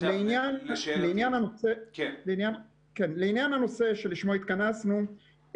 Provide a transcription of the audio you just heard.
לעניין הנושא שלשמו התכנסנו,